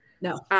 no